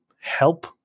help